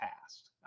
past